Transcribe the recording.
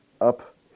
up